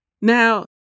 Now